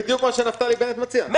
מתן כהנא (הבית היהודי,